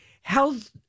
health